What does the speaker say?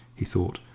he thought,